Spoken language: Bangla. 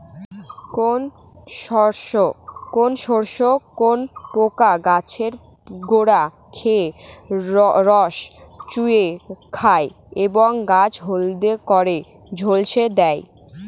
কোন শস্যে কোন পোকা গাছের গোড়া থেকে রস চুষে খায় এবং গাছ হলদে করে ঝলসে দেয়?